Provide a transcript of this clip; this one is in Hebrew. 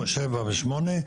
7 ו-8,